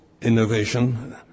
innovation